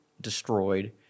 destroyed